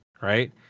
Right